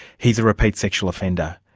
he's a repeat sexual offender,